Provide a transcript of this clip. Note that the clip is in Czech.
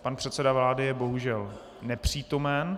Pan předseda vlády je bohužel nepřítomen.